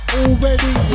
already